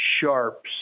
Sharps